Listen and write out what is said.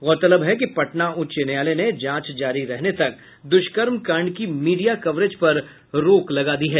गौरतलब है कि पटना उच्च न्यायालय ने जांच जारी रहने तक दुष्कर्म कांड की मीडिया कवरेज पर रोक लगा दी है